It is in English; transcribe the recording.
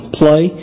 play